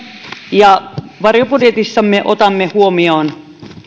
ja varjobudjetissamme otamme huomioon